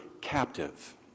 captive